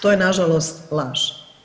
To je na žalost laž.